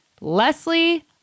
Leslie